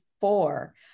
four